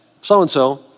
so-and-so